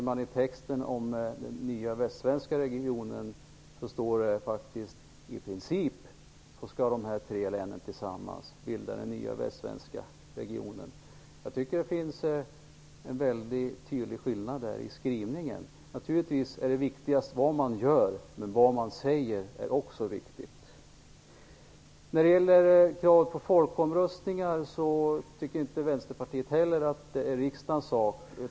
Men i texten om den nya västsvenska regionen står det att de tre länen tillsammans "i princip" skall bilda den nya västsvenska regionen. Jag tycker att det är en väldigt tydlig skillnad i skrivning. Naturligtvis är det viktigast vad man gör, men vad man säger är också viktigt. När det gäller krav på folkomröstningar tycker inte heller Vänsterpartiet att det är riksdagens sak.